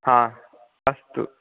हा अस्तु